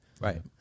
right